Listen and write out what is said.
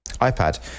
iPad